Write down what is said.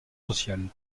sociales